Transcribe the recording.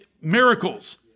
miracles